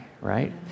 right